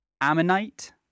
Ammonite